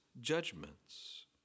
judgments